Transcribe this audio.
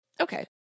Okay